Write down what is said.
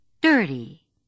dirty